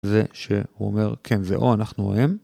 זה ש-הוא אומר, כן, זה או אנחנו, או הם,